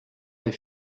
bei